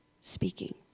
speaking